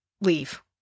leave